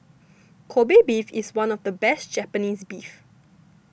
Kobe Beef is one of the best Japanese beef